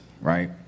right